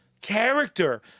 character